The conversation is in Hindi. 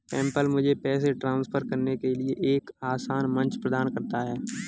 पेपैल मुझे पैसे ट्रांसफर करने के लिए एक आसान मंच प्रदान करता है